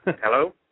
Hello